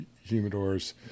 humidor's